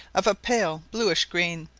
of a pale bluish green,